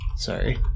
sorry